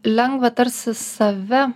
lengva tarsi save